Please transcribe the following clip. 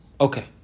Okay